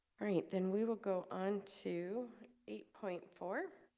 all right, then we will go on to eight point four